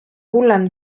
hullem